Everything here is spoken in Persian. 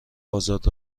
آزاد